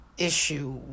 issue